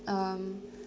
um